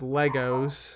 legos